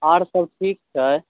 आर सब ठीक छै